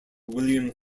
william